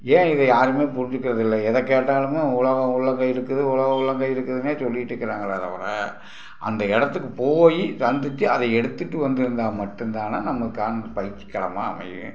ஏன் இதை யாருமே புரிஞ்சிக்கிறதில்லை எதைக் கேட்டாலுமே உலகம் உள்ளங்கையில் இருக்குது உலகம் உள்ளங்கையில் இருக்குதுன்னே சொல்லிட்டிருக்கறாங்களே தவிர அந்த இடத்துக்கு போய் சந்தித்து அதை எடுத்துட்டு வந்துருந்தால் மட்டும் தானே நமக்கான பயிற்சி களமாக அமையும்